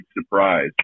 surprise